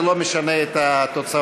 זה לא משנה את התוצאות.